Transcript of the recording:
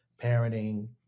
parenting